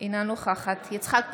אינה הנוכחת יצחק פינדרוס,